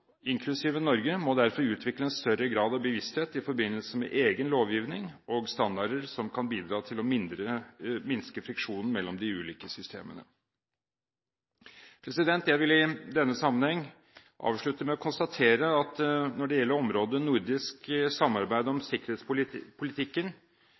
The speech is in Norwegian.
Norge, må derfor utvikle en større grad av bevissthet i forbindelse med egen lovgivning og standarder som kan bidra til å minske friksjonen mellom de ulike systemene. Jeg vil i denne sammenheng konstatere at når det gjelder området nordisk samarbeid